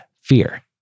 fear